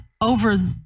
over